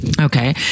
Okay